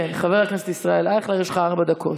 חבר הכנסת ישראל אייכלר, יש לך ארבע דקות.